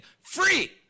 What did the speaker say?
free